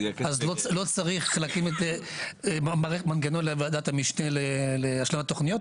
אז לא צריך להקים מנגנון לוועדת המשנה לאישור תוכניות,